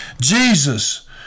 Jesus